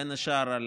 בין השאר על